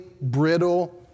brittle